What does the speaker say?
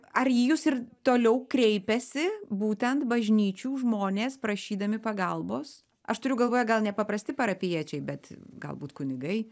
ar į jus ir toliau kreipiasi būtent bažnyčių žmonės prašydami pagalbos aš turiu galvoje gal ne paprasti parapijiečiai bet galbūt kunigai